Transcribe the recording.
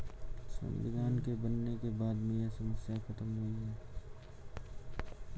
संविधान के बनने के बाद में यह समस्या खत्म हुई है